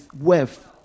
wealth